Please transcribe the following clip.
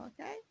Okay